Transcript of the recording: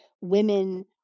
women